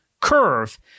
curve